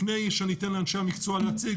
לפני שאני אתן לאנשי המקצוע להציג,